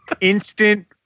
Instant